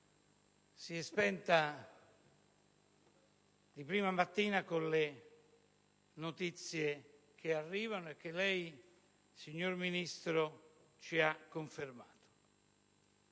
si è spenta di prima mattina con le notizie che arrivano e che lei, signor Ministro, ci ha confermato.